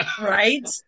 Right